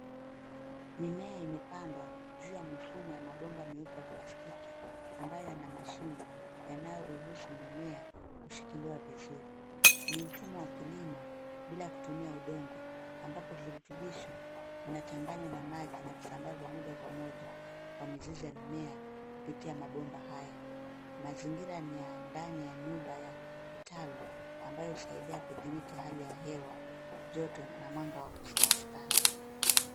Mimea imepandwa juu ya mifumbo ya mabomba ya plastiki ambaye yana mashimo yanayoruhusu mimea kushikiliwa vizuri ni mfumo wa kilimo bila kutumia udongo ambapo virutubisho vinachanganywa na maji kuzambazwa moja kwa moja kwa mizizi ya mimea kupitia mabomba haya mazingira ni ya ndani ya nyumba ya kitalu ambayo husaidia kudhibiti hali ya hewa joto na mwanga wa stani.